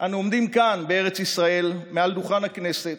אנחנו עומדים כאן, בארץ ישראל, מעל דוכן הכנסת,